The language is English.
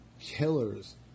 Killers